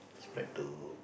spread to